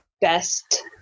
best